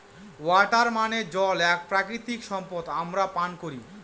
water মানে জল এক প্রাকৃতিক সম্পদ আমরা পান করি